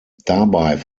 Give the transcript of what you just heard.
dabei